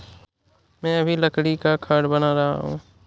मैं अभी लकड़ी का खाट बना रहा हूं